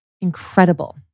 Incredible